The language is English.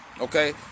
Okay